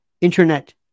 internet